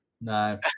No